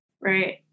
Right